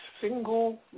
single